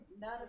None